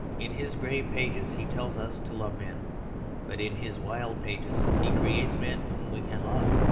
in his grave pages he tells us to love men but in his wild pages he creates men whom we can love.